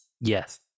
yes